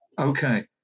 Okay